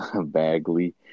Bagley